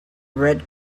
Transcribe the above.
red